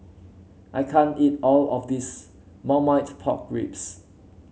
I can't eat all of this Marmite Pork Ribs